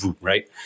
Right